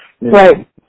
Right